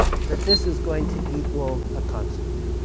that this is going to equal a constant.